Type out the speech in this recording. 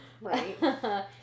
Right